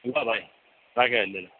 ल भाइ राखेँ अहिले ल